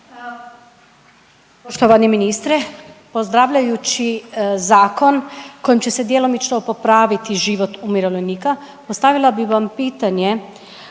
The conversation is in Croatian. Poštovani ministre, pozdravljajući zakon kojim će se djelomično popraviti život umirovljenika postavila bih vam pitanje